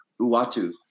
Uatu